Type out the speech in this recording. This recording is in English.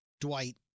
Dwight